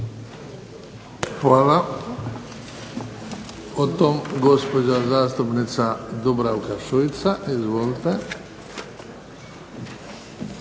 Hvala. Potom gospođa zastupnica Dubravka Šuica. Izvolite.